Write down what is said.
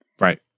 Right